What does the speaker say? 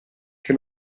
che